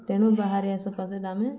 ତେଣୁ ବାହାରେ sofa set ଆମେ